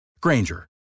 Granger